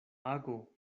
ago